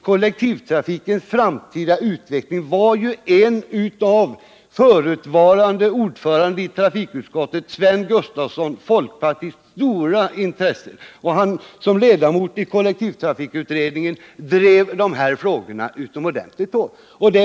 Kollektivtrafikens framtida utveckling var ju ett av den förutvarande ordföranden i trafikutskottet folkpartisten Sven Gustafsons stora intressen. Som ledamot av kollektivtrafikutredningen drev han dessa frågor utomordentligt hårt.